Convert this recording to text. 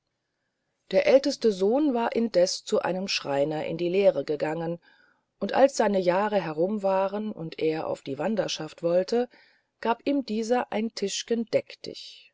der älteste sohn war indeß zu einem schreiner in die lehr gegangen und als seine jahre herum waren und er auf die wanderschaft wollte gab ihm dieser ein tischgen deck dich